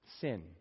Sin